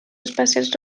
espacials